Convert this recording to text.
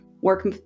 work